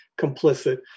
complicit